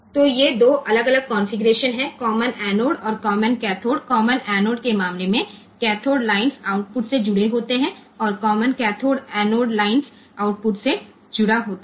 तो ये 2 अलग अलग कॉन्फ़िगरेशन हैं कॉमन एनोड और कॉमनोड कैथोड कॉमन एनोड के मामले में कैथोड लाइन्स आउटपुट से जुड़े होते हैं और common cathode anode lines output से जुड़ा होता है